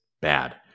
bad